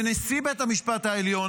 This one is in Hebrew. לנשיא בית המשפט העליון,